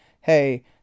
Hey